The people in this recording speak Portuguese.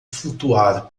flutuar